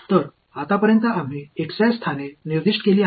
तर आतापर्यंत आम्ही स्थाने निर्दिष्ट केली आहेत